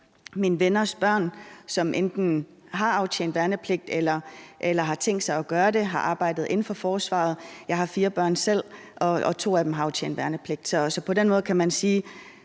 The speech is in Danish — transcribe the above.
mine venners børn, som enten har aftjent værnepligt eller har tænkt sig at gøre det og har arbejdet inden for forsvaret. Jeg har fire børn selv, og to af dem har aftjent værnepligt. Så på den måde kan man sige,